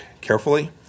carefully